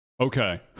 Okay